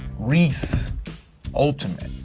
reese ultimate.